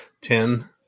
ten